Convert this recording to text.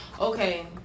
okay